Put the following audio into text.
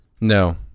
No